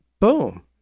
boom